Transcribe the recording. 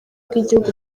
bw’igihugu